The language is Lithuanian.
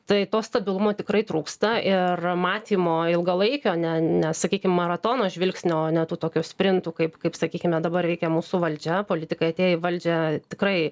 tai to stabilumo tikrai trūksta ir matymo ilgalaikio ne ne sakykim maratono žvilgsnio o ne tų tokių sprintų kaip kaip sakykime dabar reikia mūsų valdžia politikai atėję į valdžią tikrai